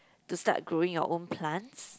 to start growing your own plants